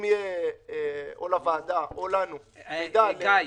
אם יהיה לוועדה או לנו מידע --- גיא,